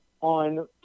on